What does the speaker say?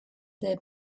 their